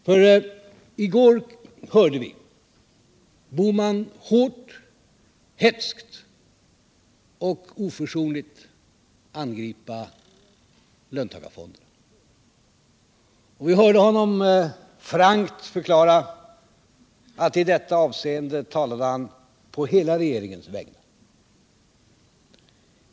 För i går hörde vi Gösta Bohman hårt, hätskt och oförsonligt angripa löntagarfonder, och vi hörde honom frankt förklara att i detta avseende talade han på hela regeringens vägnar.